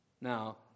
Now